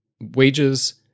wages